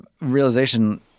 realization